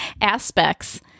aspects